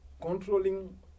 controlling